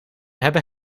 hebben